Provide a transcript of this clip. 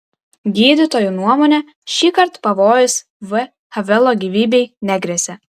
gydytojų nuomone šįkart pavojus v havelo gyvybei negresia